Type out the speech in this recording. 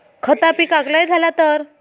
खता पिकाक लय झाला तर?